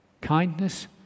kindness